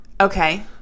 Okay